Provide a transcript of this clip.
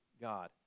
God